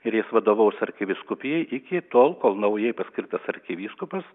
ir jis vadovaus arkivyskupijai iki tol kol naujai paskirtas arkivyskupas